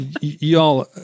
y'all